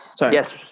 Yes